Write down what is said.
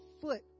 foot